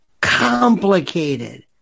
Complicated